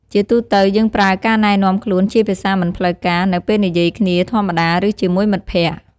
ជាទូទៅ យើងប្រើការណែនាំខ្លួនជាភាសាមិនផ្លូវការ នៅពេលនិយាយគ្នាធម្មតា ឬជាមួយមិត្តភក្តិ។